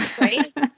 right